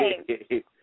okay